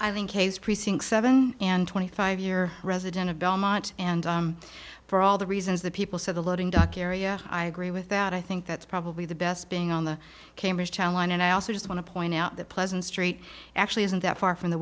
think precinct seven and twenty five year resident of belmont and for all the reasons that people say the loading dock area i agree with that i think that's probably the best being on the cambridge child line and i also just want to point out that pleasant street actually isn't that far from the